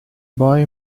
boy